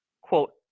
quote